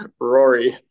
Rory